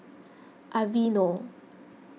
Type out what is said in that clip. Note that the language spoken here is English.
Aveeno